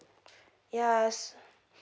yes